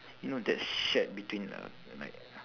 you know that's shared between uh like